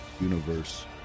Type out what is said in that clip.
Universe